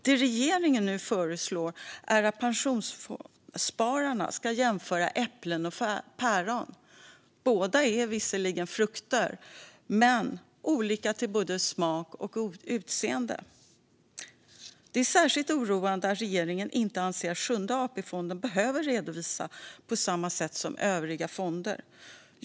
Det som regeringen nu föreslår är att pensionsspararna ska jämföra äpplen med päron. Båda är visserligen frukter, men de är olika till både smak och utseende. Det är särskilt oroande att regeringen inte anser att Sjunde AP-fonden behöver redovisa på samma sätt som övriga fonder.